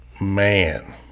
Man